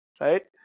right